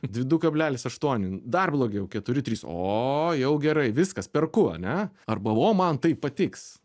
du kablelis aštuoni dar blogiau keturi trys o jau gerai viskas perku ane arba o man tai patiks